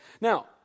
now